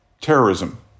terrorism